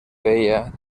veia